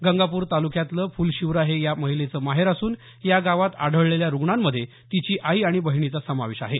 गंगापूर तालुक्यातलं फुलशिवरा हे या महिलेचं माहेर असून या गावात आढळलेल्या रूग्णांमध्ये तिची आई आणि बहिणीचा समावेश आहे